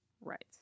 Right